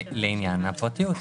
לעניין הפרטיות.